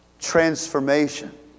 transformation